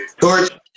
Torch